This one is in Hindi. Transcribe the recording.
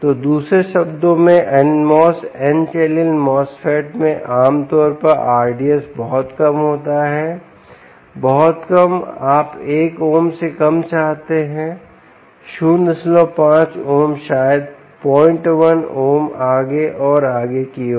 तो दूसरे शब्दों में n MOS n channel MOSFET में आमतौर पर RDS बहुत कम होता है बहुत कम आप एक ओम से कम चाहते हैं 05 ओम शायद पॉइंट वन ओम आगे और आगे की ओर